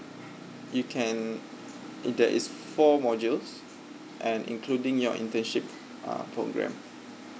you can there is four modules and including your internship uh program